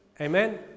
amen